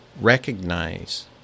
recognize